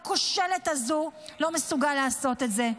הכושלת הזו לא מסוגל לעשות את זה.